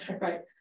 Right